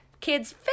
kids